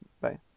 bye